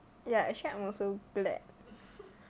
ya actually I'm also glad